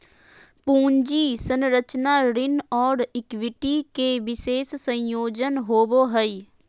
पूंजी संरचना ऋण और इक्विटी के विशेष संयोजन होवो हइ